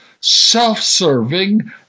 self-serving